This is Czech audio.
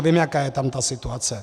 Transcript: Vím, jaká je tam ta situace.